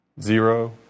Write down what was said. Zero